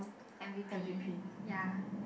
M_V_P ya